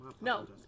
No